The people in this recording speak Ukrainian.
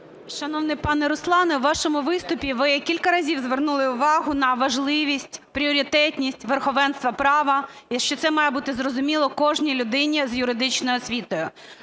Шановний пане Руслане, у вашому виступі ви кілька разів звернули увагу на важливість, пріоритетність верховенства права і що це має бути зрозуміло кожній людині з юридичною освітою.